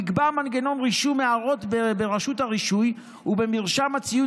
נקבע מנגנון רישום הערות ברשות הרישוי ובמרשם הציוד